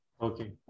okay